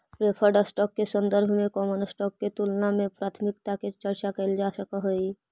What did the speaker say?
preferred stock के संदर्भ में कॉमन स्टॉक के तुलना में प्राथमिकता के चर्चा कैइल जा सकऽ हई